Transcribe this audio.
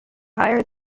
higher